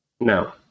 No